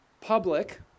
public